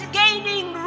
gaining